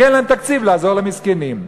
כי אין להם תקציב לעזור למסכנים.